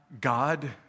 God